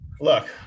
look